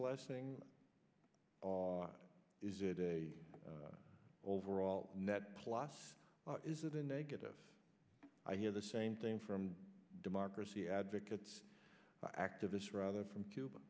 blessing or is it a overall net plus is that a negative i hear the same thing from democracy advocates activists rather from cuba